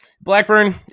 Blackburn